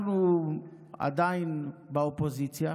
אנחנו עדיין באופוזיציה,